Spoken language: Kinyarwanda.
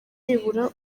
nibura